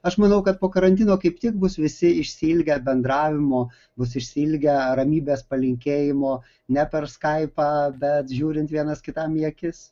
aš manau kad po karantino kaip tik bus visi išsiilgę bendravimo bus išsiilgę ramybės palinkėjimo ne per skaipą bet žiūrint vienas kitam į akis